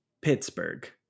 Pittsburgh